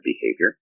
behavior